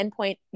endpoint